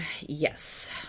yes